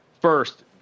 first